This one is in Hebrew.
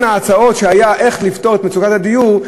ההצעות שהיו איך לפתור את מצוקת הדיור,